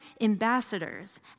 ambassadors